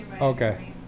Okay